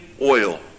oil